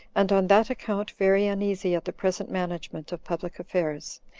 and on that account very uneasy at the present management of public affairs,